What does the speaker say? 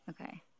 Okay